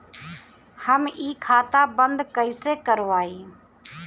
हम इ खाता बंद कइसे करवाई?